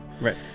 Right